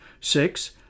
Six